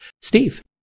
Steve